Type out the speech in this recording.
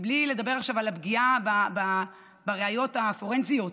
בלי לדבר עכשיו על הפגיעה בראיות הפורנזיות,